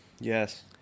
Yes